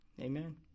Amen